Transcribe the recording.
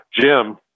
Jim